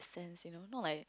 a fans you know not like